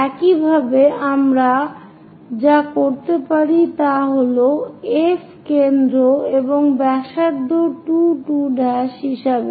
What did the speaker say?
একইভাবে আমরা যা করতে পারি তা হল F কেন্দ্র এবং ব্যাসার্ধ 2 2' হিসাবে